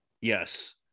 Yes